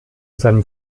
seinem